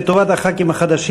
לטובת הח"כים החדשים,